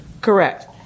Correct